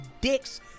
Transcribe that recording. dicks